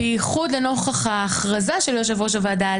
בייחוד נוכח ההכרזה של יושב-ראש הוועדה על